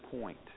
point